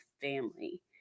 family